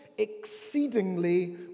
Exceedingly